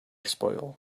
spoil